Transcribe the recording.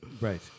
Right